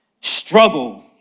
Struggle